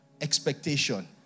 Expectation